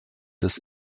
des